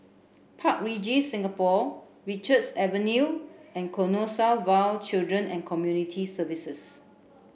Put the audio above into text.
Park Regis Singapore Richards Avenue and Canossaville Children and Community Services